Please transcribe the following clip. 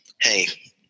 Hey